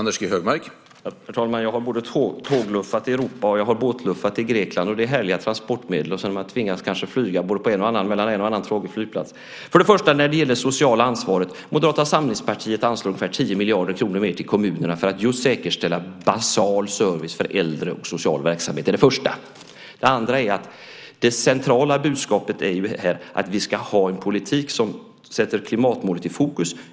Herr talman! Jag har både tågluffat i Europa och båtluffat i Grekland. Det är härliga transportmedel - man kanske tvingas flyga mellan en och annan tråkig flygplats. När det gäller det sociala ansvaret anslår Moderata samlingspartiet ungefär 10 miljarder kronor mer till kommunerna för att just säkerställa basal service för äldre och social verksamhet. Det är det första. Det andra är att det centrala budskapet här är att vi ska ha en politik som sätter klimatmålet i fokus.